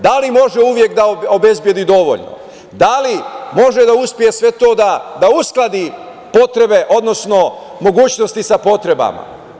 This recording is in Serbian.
Da li može uvek da obezbedi dovoljno, da li može da uspe da uskladi potrebe, odnosno mogućnosti sa potrebama?